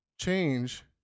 change